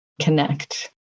connect